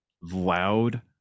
loud